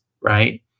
Right